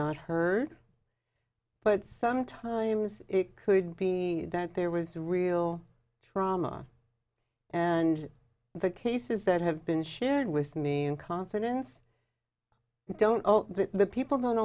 not heard but sometimes it could be that there was real drama and the cases that have been shared with me in confidence don't tell the people don't